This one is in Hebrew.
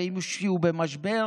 ואם מישהו במשבר,